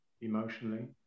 emotionally